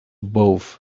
both